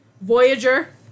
Voyager